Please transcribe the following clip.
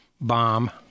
bomb